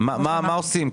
מה עושים?